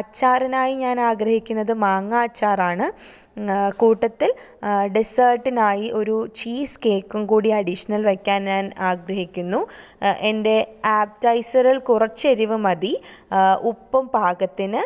അച്ചാറിനായി ഞാനാഗ്രഹിക്കുന്നത് മാങ്ങാ അച്ചാറാണ് കൂട്ടത്തില് ഡെസ്സേട്ടിനായി ഒരു ചീസ് കേക്കും കൂടി അഡീഷ്ണല് വെയ്ക്കാന് ഞാനാഗ്രഹിക്കുന്നു എന്റെ അപ്പറ്റൈസറിൽ കുറച്ച് എരിവ് മതി ഉപ്പും പാകത്തിന്